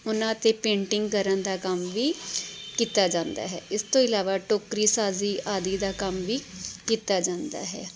ਉਹਨਾਂ 'ਤੇ ਪੇਂਟਿੰਗ ਕਰਨ ਦਾ ਕੰਮ ਵੀ ਕੀਤਾ ਜਾਂਦਾ ਹੈ ਇਸ ਤੋਂ ਇਲਾਵਾ ਟੋਕਰੀ ਸਾਜੀ ਆਦਿ ਦਾ ਕੰਮ ਵੀ ਕੀਤਾ ਜਾਂਦਾ ਹੈ